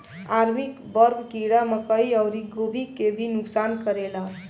army worm कीड़ा मकई अउरी गोभी के भी नुकसान करेला